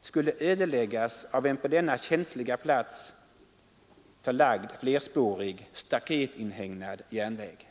skulle ödeläggas av en på denna känsliga plats förlagd flerspårig staketinhägnad järnväg.